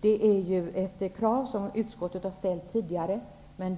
Det kravet har utskottet ställt tidigare.